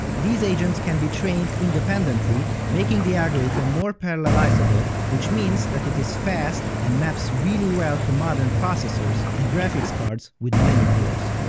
these agents can be trained independently, making the algorithm more parallelizable, which means that it is fast and maps really well to modern processors and graphics cards with many cores.